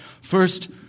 First